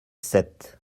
sept